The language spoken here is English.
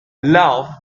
love